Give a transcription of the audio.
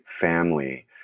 family